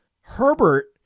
Herbert